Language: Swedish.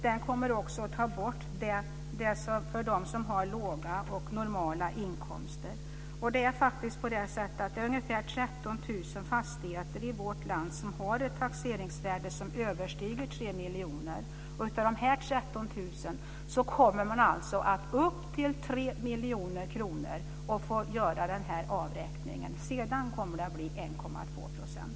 Den kommer också att underlätta för dem som har låga eller normala inkomster. Det är ca 13 000 fastigheter i vårt land som har ett taxeringsvärde som överstiger 3 miljoner. Av dessa kommer de som äger fastigheter som har taxeringsvärde upp till 3 miljoner att få göra denna avräkning. Sedan blir det 1,2 %.